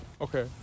Okay